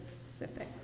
specifics